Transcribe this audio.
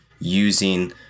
using